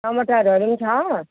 टमाटरहरू पनि छ